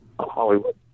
Hollywood